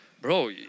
bro